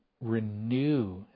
renew